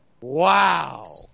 wow